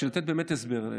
בשביל לתת באמת הסבר,